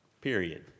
period